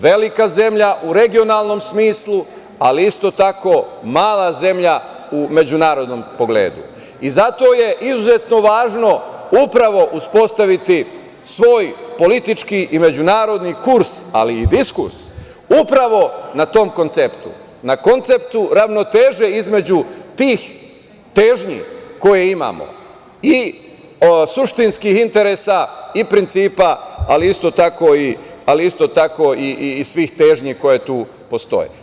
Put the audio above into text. velika zemlja u regionalnom smislu, ali isto tako mala zemlja u međunarodnom pogledu, zato je izuzetno važno upravo uspostaviti svoj politički i međunarodni kurs, ali i diskurs upravo na tom konceptu, na konceptu ravnoteže između tih težnji koje imamo i suštinskih interesa i principa, ali isto tako i svih težnji koje tu postoje.